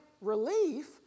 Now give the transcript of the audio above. relief